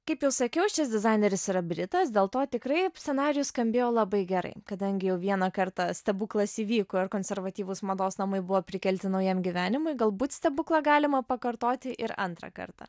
kaip jau sakiau šis dizaineris yra britas dėl to tikrai scenarijus skambėjo labai gerai kadangi jau vieną kartą stebuklas įvyko ir konservatyvūs mados namai buvo prikelti naujam gyvenimui galbūt stebuklą galima pakartoti ir antrą kartą